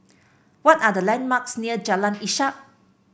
what are the landmarks near Jalan Ishak